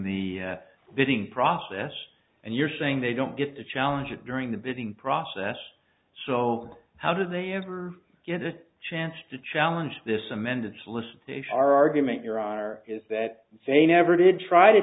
the bidding process and you're saying they don't get to challenge it during the bidding process so how did they ever get the chance to challenge this amended solicitation our argument your honor is that they never did try to